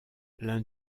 l’un